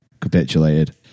capitulated